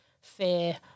fear